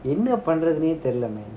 என்னபண்ணறதுனேதெரில:enna pannradhune therila man